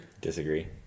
Disagree